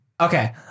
Okay